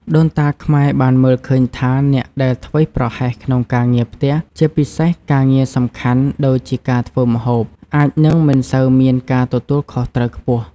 ដូនតាខ្មែរបានមើលឃើញថា អ្នកដែលធ្វេសប្រហែសក្នុងការងារផ្ទះ ជាពិសេសការងារសំខាន់ដូចជាការធ្វើម្ហូប អាចនឹងមិនសូវមានការទទួលខុសត្រូវខ្ពស់។